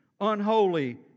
unholy